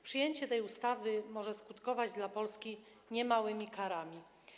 Przyjęcie tej ustawy może skutkować dla Polski niemałymi karami.